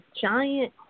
giant